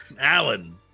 Alan